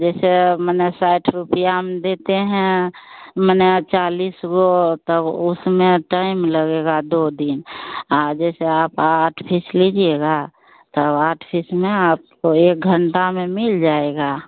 जैसे मने साठ रुपये हम देते हैं माने चालीस वो तब उसमें टाइम लगेगा दो दिन जैसे आप आठ पीस लीजिएगा तो आठ पीस में आपको एक घंटा में मिल जाएगा